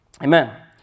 Amen